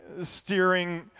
steering